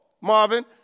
Marvin